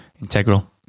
integral